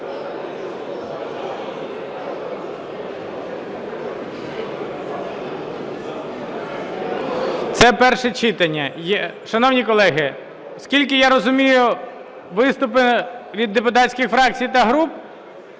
Це перше читання. Шановні колеги, скільки я розумію, виступи від депутатських фракцій та груп,